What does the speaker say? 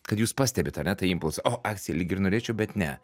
kad jūs pastebit ar ne tą impulsą o akcija lyg ir norėčiau bet ne